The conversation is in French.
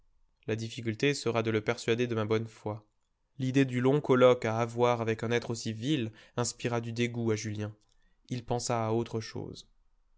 la difficulté sera de le persuader de ma bonne foi l'idée du long colloque à avoir avec un être aussi vil inspira du dégoût à julien il pensa à autre chose